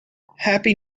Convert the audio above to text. happy